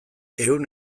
ehun